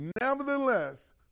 nevertheless